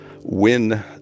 win